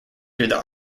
through